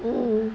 mm